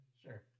Sure